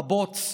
בבוץ,